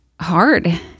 hard